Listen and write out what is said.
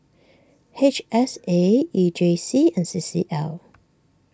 H S A E J C and C C L